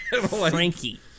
Frankie